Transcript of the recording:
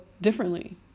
differently